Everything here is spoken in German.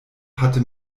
hatte